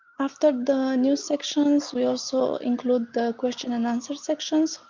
after the news sections we also include the question and answer sections.